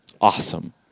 Awesome